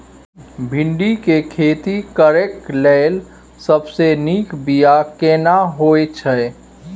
भिंडी के खेती करेक लैल सबसे नीक बिया केना होय छै?